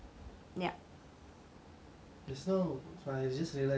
just now I just realise both your answers is physical